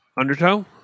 Undertow